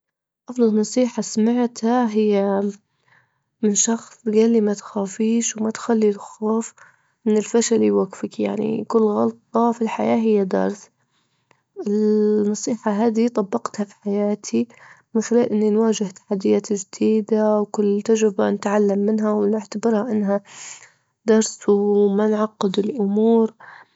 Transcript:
أفضل نصيحة سمعتها هي من شخص جال لي ما تخافيش، وما تخلي الخوف من الفشل يوجفك، يعني كل غلطة في الحياة هي درس، النصيحة هذي طبقتها في حياتي من خلال إني نواجه تحديات جديدة، وكل تجربة نتعلم منها ونعتبرها إنها درس وما نعقد الأمور.